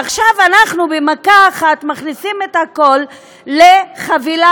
עכשיו אנחנו במכה אחת מכניסים הכול לחבילה